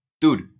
dude